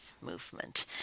movement